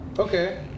Okay